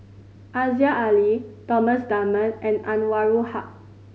Aziza Ali Thomas Dunman and Anwarul Haque